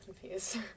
confused